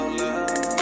love